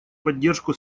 поддержку